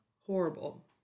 horrible